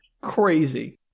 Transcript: crazy